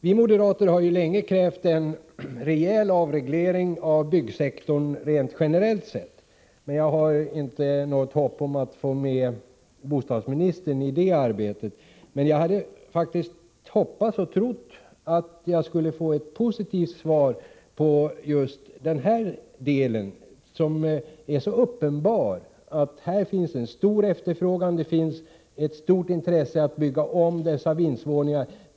Vi moderater har länge krävt en rejäl avreglering av byggsektorn generellt sett, men jag har inte något hopp om att få med bostadsministern i det arbetet. Men jag hade faktiskt hoppats och trott att jag skulle få ett positivt svar på just den här frågan, där det är så uppenbart att det finns en stor efterfrågan och ett stort intresse av att bygga om dessa vindsvåningar.